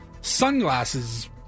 sunglasses